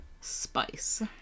spice